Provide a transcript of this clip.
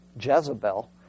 Jezebel